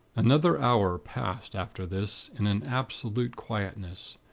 another hour passed, after this, in an absolute quietness.